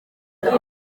kuko